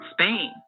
Spain